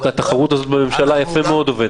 לכן, תעשו הכול הכול כדי למצוא תו סגול לחתונות.